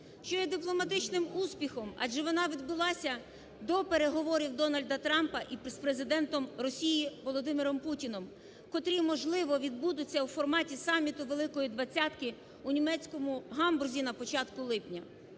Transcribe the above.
що є дипломатичним успіхом, адже вона відбулася до переговорів Дональда Трампа з президентом Росії Володимиром Путіним, котрі, можливо, відбудуться у форматі саміту "Великої двадцятки" у німецькому Гамбурзі на початку липня.